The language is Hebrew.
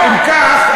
אם כך,